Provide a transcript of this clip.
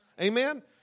amen